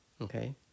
Okay